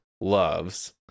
loves